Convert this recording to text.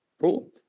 Cool